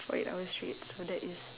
for eight hours straight so that is